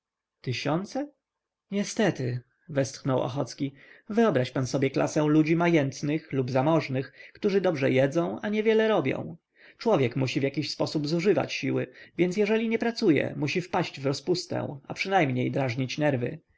tysiące niestety westchnął ochocki wyobraź pan sobie klasę ludzi majętnych lub zamożnych którzy dobrze jedzą a niewiele robią człowiek musi w jakiś sposób zużywać siły więc jeżeli nie pracuje musi wpaść w rozpustę a przynajmniej drażnić nerwy